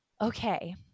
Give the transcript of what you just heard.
Okay